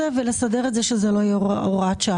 הזה ולסדר את זה כך שזאת לא תהיה הוראת שעה.